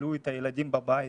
כלאו את הילדים בבית,